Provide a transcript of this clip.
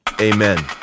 Amen